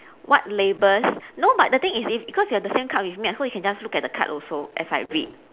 what labels no but the thing is if because you have the same card with me so you can just look at the card also as I read